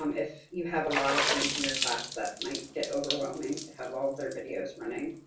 um if you have a lot of students in your class, that might get overwhelming, to have all of their videos running.